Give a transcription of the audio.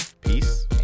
Peace